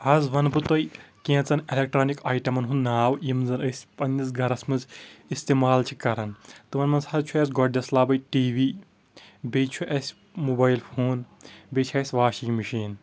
آز ونہٕ بہٕ تۄہہِ کینٛژن الیکٹرانِک آیٹمن ہُنٛد ناو یِم زن أسۍ پننس گرس منٛز استعمال چھِ کران تِمن منٛز حظ چھُ اسہِ گۄڈٕنیس لبہٕ ٹی وی بیٚیہِ چھُ اسہِ موبایل فون بیٚیہِ چھِ اسہِ واشنٛگ مشیٖن